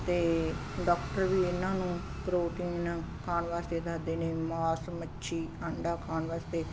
ਅਤੇ ਡੋਕਟਰ ਵੀ ਇਹਨਾਂ ਨੂੰ ਪ੍ਰੋਟੀਨ ਖਾਣ ਵਾਸਤੇ ਦੱਸਦੇ ਨੇ ਮਾਸ ਮੱਛੀ ਆਂਡਾ ਖਾਣ ਵਾਸਤੇ